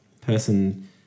person